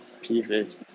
pieces